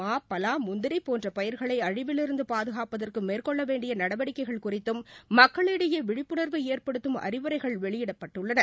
மா பலா முந்திரி போன்ற பயிர்களை அழிவிலிருந்து பாதுகாப்பதற்கு மேற்கொள்ள வேண்டிய நடவடிக்கைகள் குறித்தும் மக்களிடையே விழிப்புணா்வை ஏற்படுத்தும் அறிவுரைகள் வெளியிடப்பட்டுள்ளன